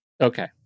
Okay